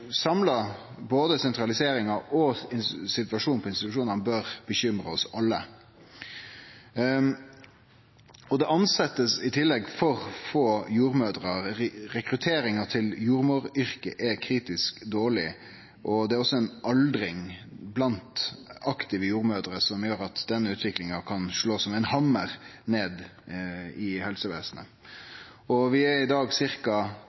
samla sett: Både sentraliseringa og situasjonen på institusjonane bør bekymre oss alle. I tillegg blir det tilsett for få jordmødrer, rekrutteringa til jordmoryrket er kritisk dårleg, og det er også ei aldring blant aktive jordmødrer som gjer at denne utviklinga kan slå som ein hammar ned i helsevesenet. Vi har i dag